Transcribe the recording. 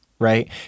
Right